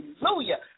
Hallelujah